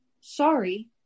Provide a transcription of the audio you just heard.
sorry